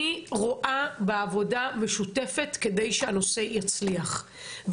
אני רואה בעבודה משותפת כדי שהנושא יצליח,